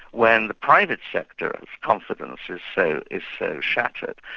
when the private sector's confidence is so is so shattered,